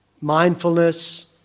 Mindfulness